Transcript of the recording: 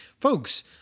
folks